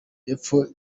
y’epfo